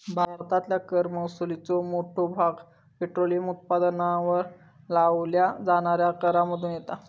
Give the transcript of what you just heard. भारतातल्या कर महसुलाचो मोठो भाग पेट्रोलियम उत्पादनांवर लावल्या जाणाऱ्या करांमधुन येता